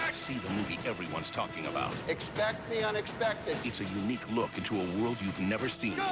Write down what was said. see the movie everyone's talking about. expect the unexpected. it's a unique look into a world you've never seen.